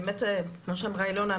מה שאמרה אלונה,